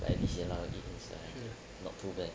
at least he allow you to eat inside uh not too bad